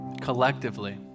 collectively